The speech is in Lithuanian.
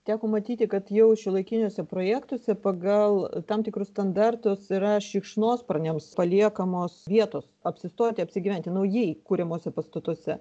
teko matyti kad jau šiuolaikiniuose projektuose pagal tam tikrus standartus yra šikšnosparniams paliekamos vietos apsistoti apsigyventi naujai kuriamuose pastatuose